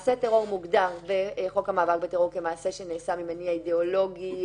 מעשה טרור מוגדר בחוק המאבק בטרור כמעשה שנעשה ממניע אידיאולוגי,